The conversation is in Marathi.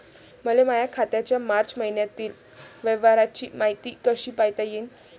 मले माया खात्याच्या मार्च मईन्यातील व्यवहाराची मायती कशी पायता येईन?